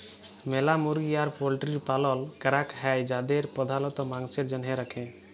ম্যালা মুরগি আর পল্ট্রির পালল ক্যরাক হ্যয় যাদের প্রধালত মাংসের জনহে রাখে